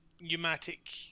pneumatic